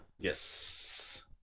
Yes